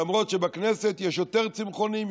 למרות שבכנסת יש יותר צמחונים,